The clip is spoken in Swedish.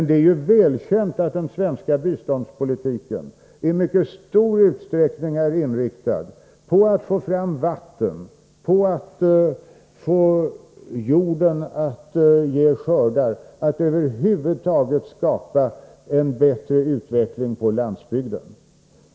Det är välkänt att den svenska biståndspolitiken i mycket stor utsträckning är inriktad på att få fram vatten, på att få jorden att ge skördar och på att över huvud taget skapa en bättre utveckling på landsbygden.